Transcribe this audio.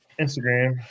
Instagram